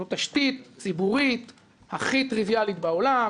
זו תשתית ציבורית הכי טריוויאלית בעולם,